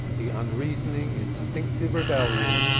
the unreasoning instinctive rebellion,